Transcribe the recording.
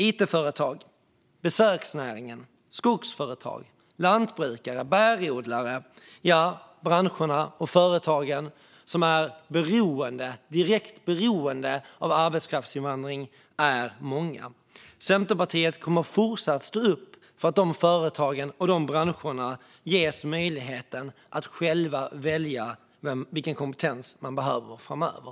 It-företag, besöksnäringen, skogsföretag, lantbrukare, bärodlare - ja, branscherna och företagen som är direkt beroende av arbetskraftsinvandring är många. Centerpartiet kommer fortsatt att stå upp för att de företagen och de branscherna ges möjligheten att själva välja vilken kompetens de behöver framöver.